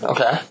Okay